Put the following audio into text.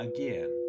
Again